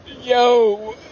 Yo